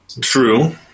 True